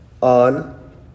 on